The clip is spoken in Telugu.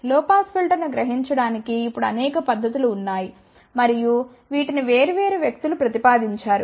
లొ పాస్ ఫిల్టర్ను గ్రహించడానికి ఇప్పుడు అనేక పద్ధతులు ఉన్నాయి మరియు వీటిని వేర్వేరు వ్యక్తులు ప్రతిపాదించారు